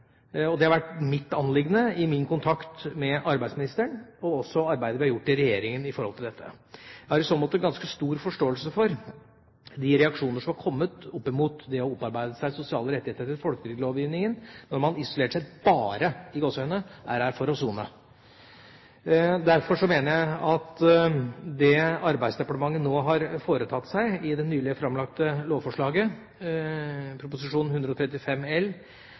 dette. Det har vært mitt anliggende i min kontakt med arbeidsministeren og også i arbeidet vi har gjort i regjeringa med dette. Jeg har i så måte en ganske stor forståelse for de reaksjoner som har kommet opp mot det å opparbeide seg sosiale rettigheter etter folketrygdlovgivningen, når man isolert sett «bare» er her for å sone. Derfor mener jeg at det Arbeidsdepartementet nå har foretatt seg i det nylig framlagte lovforslaget, Prop. 135 L